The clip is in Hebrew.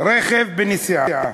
רכב בנסיעה.